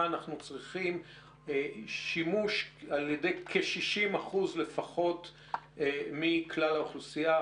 אנחנו צריכים שימוש על ידי כ-60% לפחות של האוכלוסייה,